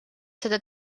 seda